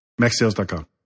MaxSales.com